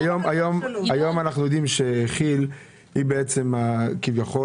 היום אנחנו יודעים שכי"ל היא בעצם כביכול